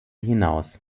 hinaus